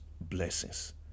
blessings